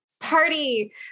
party